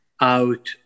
out